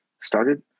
started